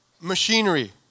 machinery